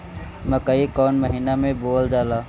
मकई कौन महीना मे बोअल जाला?